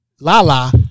Lala